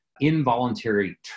involuntary